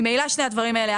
ממילא שני הדברים האלה,